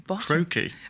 croaky